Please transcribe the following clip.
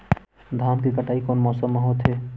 धान के कटाई कोन मौसम मा होथे?